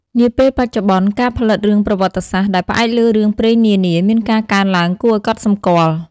នាពេលបច្ចុប្បន្ន ការផលិតរឿងប្រវត្តិសាស្ត្រ ដែលផ្អែកលើរឿងព្រេងនានា មានការកើនឡើងគួរឲ្យកត់សម្គាល់។